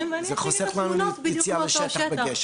ואני אציג את התמונות בדיוק מאותו השטח.